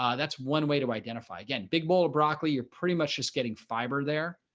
um that's one way to identify, again, big bowl of broccoli, you're pretty much just getting fiber there.